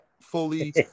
fully